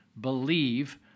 believe